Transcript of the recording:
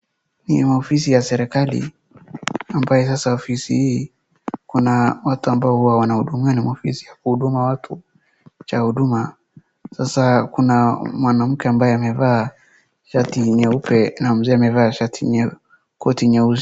Ni ofisi ya serikali ambayo sasa ofisi hii kuna watu ambao huwa wanahudumiwa na maofisi ya kuhudumia watu, cha huduma. Sasa kuna mwanamke ambaye amevaa shati nyupe na mzee amevaa koti nyeusi.